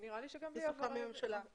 סוכם עם משרדי הממשלה.